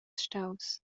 staus